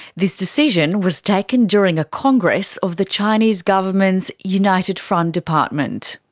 this decision was taken during a congress of the chinese government's united front department.